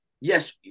Yes